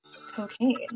cocaine